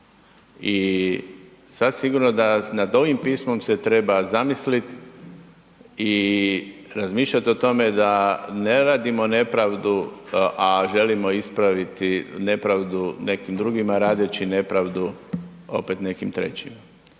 I sasvim sigurno da nad ovim pismom se treba zamisliti i razmišljati o tome da ne radimo nepravdu a želimo ispraviti nepravdi nekim drugima radeći nepravdu opet nekim trećima.